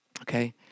Okay